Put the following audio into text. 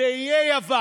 לנפוש באיי יוון,